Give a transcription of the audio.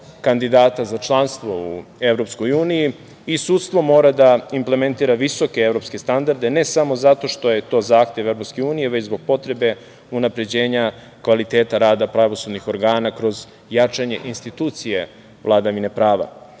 kandidata za članstvo u EU i sudstvo mora da implementira visoke evropske standarde, ne samo zato što je to zahtev EU, već zbog potrebe unapređenja kvaliteta rada pravosudnih organa kroz jačanje institucije vladavine prava.